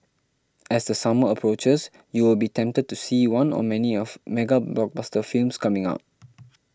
as the summer approaches you will be tempted to see one or many of mega blockbuster films coming out